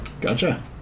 gotcha